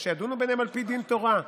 ושידונו ביניהם על פי דין תורה.